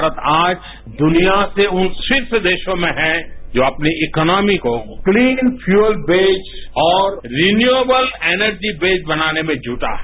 भारत आज दुनिया से उन शीर्ष देशों में है जो अपनी इकोनोमी को क्लीन पयूल बेस्ड और रिन्यूएबल एनर्जी बेस्ड बनाने में जुटा है